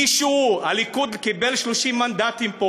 מישהו, הליכוד קיבל פה 30 מנדטים.